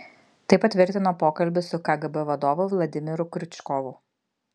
tai patvirtino pokalbis su kgb vadovu vladimiru kriučkovu